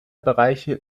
bereiche